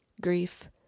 grief